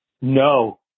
No